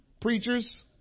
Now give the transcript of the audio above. preachers